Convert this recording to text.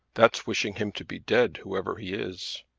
that's wishing him to be dead, whoever he is.